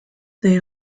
they